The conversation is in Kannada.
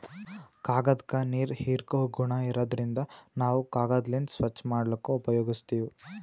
ಕಾಗ್ದಾಕ್ಕ ನೀರ್ ಹೀರ್ಕೋ ಗುಣಾ ಇರಾದ್ರಿನ್ದ ನಾವ್ ಕಾಗದ್ಲಿಂತ್ ಸ್ವಚ್ಚ್ ಮಾಡ್ಲಕ್ನು ಉಪಯೋಗಸ್ತೀವ್